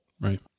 Right